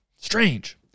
Strange